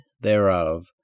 thereof